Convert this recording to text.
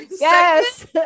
Yes